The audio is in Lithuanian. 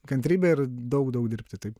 kantrybė ir daug daug dirbti taip